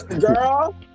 Girl